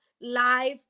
live